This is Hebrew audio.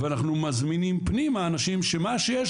ואנחנו מזמינים פנימה אנשים שמה שיש